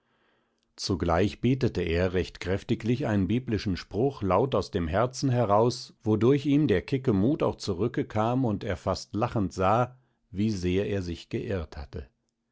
zugleich betete er recht kräftiglich einen biblischen spruch laut aus dem herzen heraus wodurch ihm der kecke mut auch zurückekam und er fast lachend sah wie sehr er sich geirrt hatte